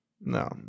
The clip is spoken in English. No